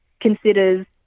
considers